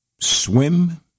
Swim